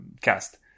cast